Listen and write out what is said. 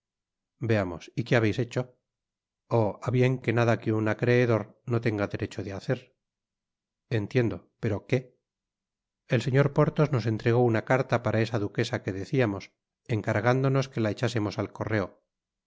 veamos y qué habeis hecho oh á bien que nada que un acreedor no tenga derecho de hacer entiendo pero qué el señor porthos nos entregó una carta para esa duquesa que deciamos encargándonos que la echásemos al correo aun